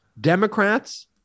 Democrats